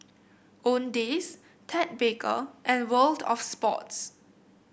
Owndays Ted Baker and World Of Sports